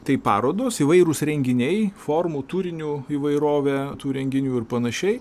tai parodos įvairūs renginiai formų turinių įvairovė tų renginių ir panašiai